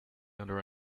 under